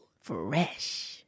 Fresh